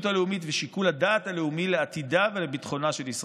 הלאומית ושיקול הדעת הלאומי לעתידה ולביטחונה של ישראל.